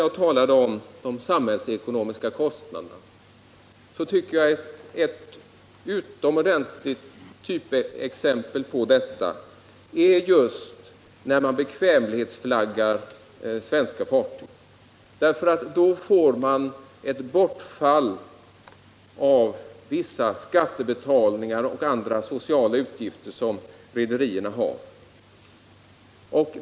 Jag talade om de samhällsekonomiska kostnaderna. Ett utomordentligt typexempel på detta är just om man bekvämlighetsflaggar svenska fartyg. Då får man ett bortfall av vissa skattebetalningar och andra sociala utgifter som rederierna har.